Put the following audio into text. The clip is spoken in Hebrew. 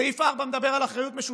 וסעיף 4 מדבר על אחריות משותפת.